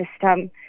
system